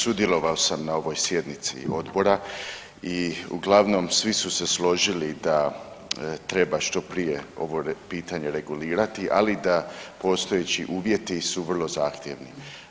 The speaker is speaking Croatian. Sudjelovao sam na ovoj sjednici odbora i uglavnom svi su se složili da treba što prije ovo pitanje regulirati, ali da postojeći uvjeti su vrlo zahtjevni.